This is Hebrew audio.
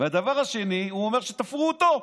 הדבר השני, הוא אומר שתפרו אותו.